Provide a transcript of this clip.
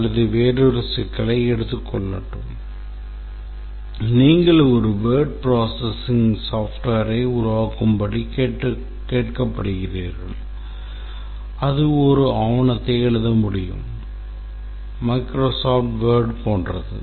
அல்லது வேறொரு சிக்கலை எடுத்துக் கொள்ளட்டும் நீங்கள் ஒரு word processing softwareஐ உருவாக்கும்படி கேட்கப்படுகிறீர்கள் அது ஒரு ஆவணத்தை எழுத முடியும் மைக்ரோசாஃப்ட் word போன்றது